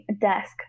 desk